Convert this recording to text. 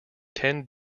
ten